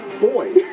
boy